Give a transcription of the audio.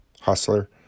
Hustler